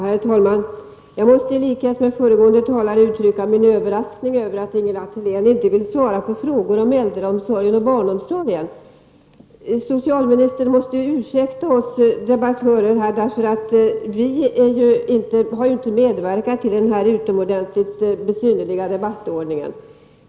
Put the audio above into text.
Herr talman! Jag måste i likhet med föregående talare uttrycka min överraskning över att Ingela Thalén inte vill svara på frågor om äldreomsorg och barnomsorg. Socialministern måste ursäkta oss debattörer, eftersom vi inte har medverkat till den här utomordentligt besynnerliga debattordningen.